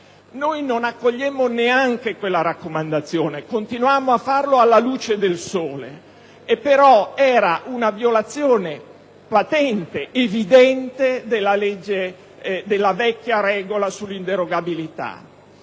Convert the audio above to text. Noi non accogliemmo neanche quella raccomandazione, continuammo a farlo alla luce del sole; però era una violazione evidente della vecchia regola sull'inderogabilità